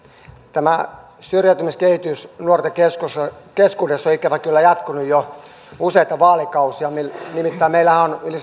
tämä syrjäytymiskehitys nuorten keskuudessa on ikävä kyllä jatkunut jo useita vaalikausia nimittäin meillähän on yli